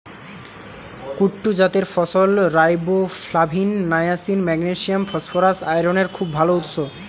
কুট্টু জাতের ফসল riboflavin, niacin, magnesium, phosphorus, আয়রনের খুব ভাল উৎস